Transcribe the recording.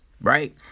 right